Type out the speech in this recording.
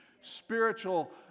spiritual